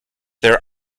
their